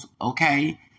okay